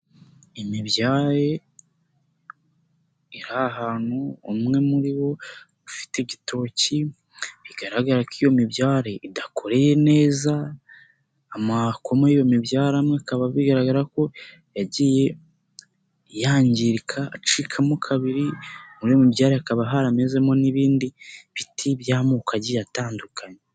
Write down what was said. Imibyare iri hantu umwe muri wo ufite igitoki bigaragara ko iyo mibyare idakoreye neza amakoma yo mibyaramwe bikaba bigaragara ko yagiye yangirika acikamo kabiri, muri iyo mubyare hakaba haramezemo n'ibindi biti by'amoko agiye atandukanye.